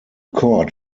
court